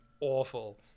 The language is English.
awful